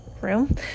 room